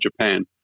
Japan